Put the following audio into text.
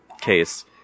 case